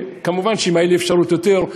מובן שאם הייתה לי אפשרות לתת יותר,